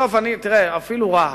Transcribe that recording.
אפילו רהט,